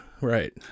Right